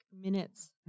minutes